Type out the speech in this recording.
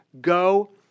go